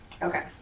Okay